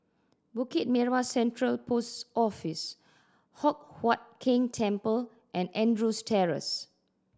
Bukit Merah Central Post Office Hock Huat Keng Temple and Andrews Terrace